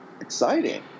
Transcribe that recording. Exciting